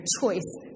choice